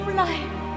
life